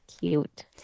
cute